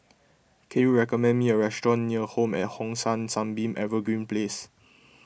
can you recommend me a restaurant near Home at Hong San Sunbeam Evergreen Place